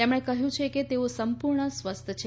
તેમણે કહ્યું છે કે તેઓ સંપૂર્ણ સ્વસ્થ છે